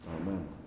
Amen